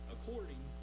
according